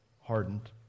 hardened